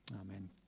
Amen